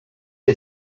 you